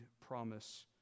promise